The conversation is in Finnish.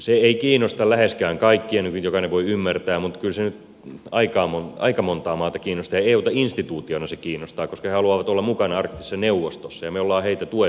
se ei kiinnosta läheskään kaikkia niin kuin jokainen voi ymmärtää mutta kyllä se nyt aika montaa maata kiinnostaa ja euta instituutiona se kiinnostaa koska he haluavat olla mukana arktisessa neuvostossa ja me olemme heitä tukeneet hyvin vahvasti